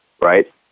Right